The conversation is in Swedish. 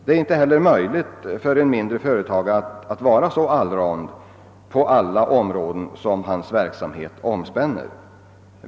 Det är inte heller möjligt för en mindre företagare att vara tillräckligt kunnig på alla de områden som hans verksamhet omspänner.